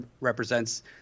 represents